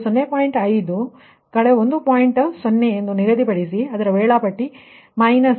0 ಅನ್ನು ನಿಗದಿಪಡಿಸಿ ಅದರ ಶೆಡ್ಯೂಲ್ ನ್ನು ಮೈನಸ್ ಲೆಕ್ಕಾಚಾರ ಮಾಡಿದಾಗ 0